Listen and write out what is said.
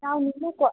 ನಾವು ನಿನ್ನೆ ಕೋ